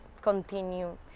continue